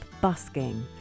busking